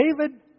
David